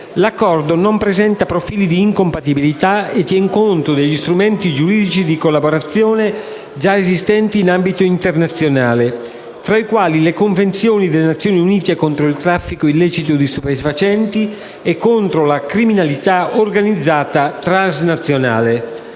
L'Accordo non presenta profili di incompatibilità e tiene conto degli strumenti giuridici di collaborazione già esistenti in ambito internazionale, fra i quali le Convenzioni delle Nazioni Unite contro il traffico illecito di stupefacenti e contro la criminalità organizzata transnazionale.